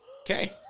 Okay